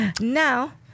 now